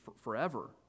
forever